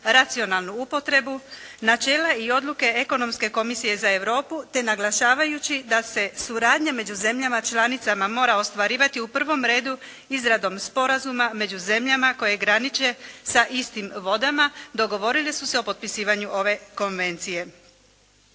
racionalnu upotrebu, načela i odluke Ekonomske komisije za Europu te naglašavajući da se suradnja među zemljama članicama mora ostvarivati u prvom redu izradom sporazuma među zemljama koje graniče sa istim vodama dogovorili su se o potpisivanju ove konvencije.